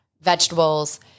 vegetables